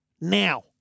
now